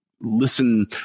listen